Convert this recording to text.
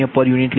o p